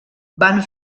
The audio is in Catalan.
van